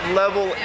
level